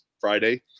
Friday